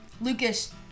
Lucas